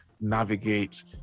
navigate